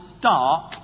dark